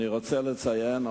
אני רוצה לציין,